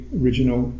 original